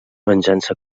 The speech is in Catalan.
venjança